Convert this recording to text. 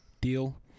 deal